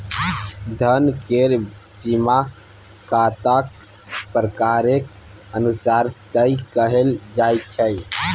धन केर सीमा खाताक प्रकारेक अनुसार तय कएल जाइत छै